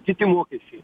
kiti mokesčiai